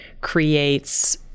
creates